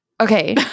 Okay